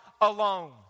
alone